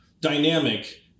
dynamic